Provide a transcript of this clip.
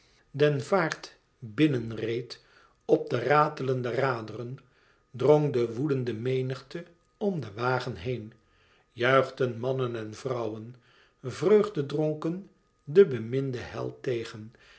den vaart binnen reed op de ratelende raderen drong de woelende menigte om den wagen heen juichten mannen en vrouwen vreugdedronken den beminden held tegen